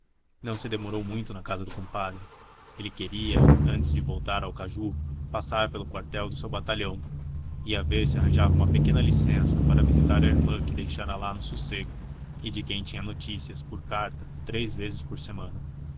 não se demorou muito na casa do compadre ele queria antes de voltar ao caju passar pelo quartel do seu batalhão ia ver se arranjava uma pequena licença para visitar a irmã que deixara lá no sossego e de quem tinha notícias por carta três vezes por semana